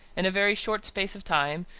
in a very short space of time,